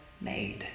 made